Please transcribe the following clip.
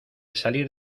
salir